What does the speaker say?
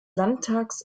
landtags